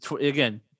again